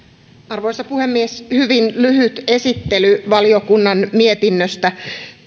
arvoisa puhemies hyvin lyhyt esittely valiokunnan mietinnöstä